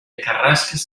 carrasques